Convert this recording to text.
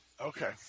Okay